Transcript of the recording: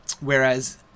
Whereas